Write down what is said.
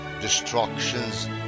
Destructions